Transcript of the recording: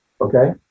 okay